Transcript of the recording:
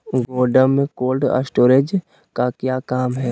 गोडम में cold storage का क्या काम है?